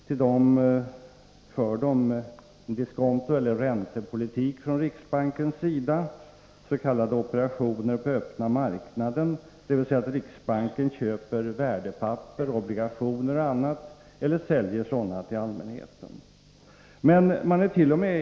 Till de marknadskonforma styrmedlen för man diskontoeller räntepolitik från riksbankens sida, s.k. operationer på öppna marknaden, dvs. att riksbanken köper värdepapper, obligationer och annat eller säljer sådana till allmänheten. Men man ärt.o.m.